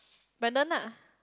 Brandon lah